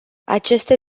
aceste